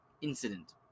incident